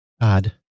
God